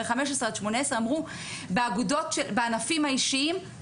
אמרו בענפים האישיים,